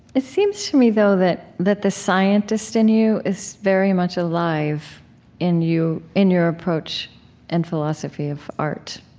it seems to me, though, that that the scientist in you is very much alive in you, in your approach and philosophy of art,